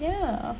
ya